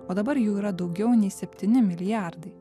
o dabar jau yra daugiau nei septyni milijardai